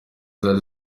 zari